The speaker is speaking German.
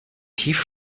tief